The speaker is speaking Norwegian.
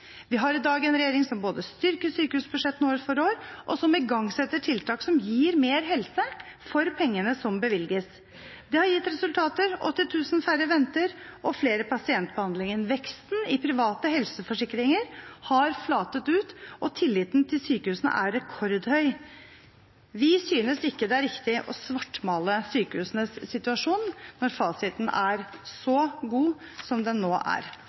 Vi har i dag en regjering som både styrker sykehusbudsjettene år for år og som igangsetter tiltak som gir mer helse for pengene som bevilges. Det har gitt resultater. 80 000 færre venter, og flere pasienter behandles. Veksten i private helseforsikringer har flatet ut, og tilliten til sykehusene er rekordhøy. Vi synes ikke det er riktig å svartmale sykehusenes situasjon når fasiten er så god som den nå er.